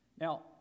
Now